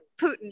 putin